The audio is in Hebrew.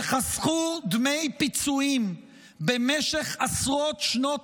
שחסכו דמי פיצויים במשך עשרות שנות